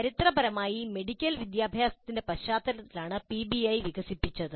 ചരിത്രപരമായി മെഡിക്കൽ വിദ്യാഭ്യാസത്തിന്റെ പശ്ചാത്തലത്തിലാണ് പിബിഐ വികസിപ്പിച്ചത്